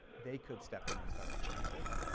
they could step in and start to change this.